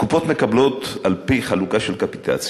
הקופות מקבלות על-פי חלוקה של קפיטציה.